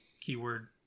keyword